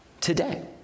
today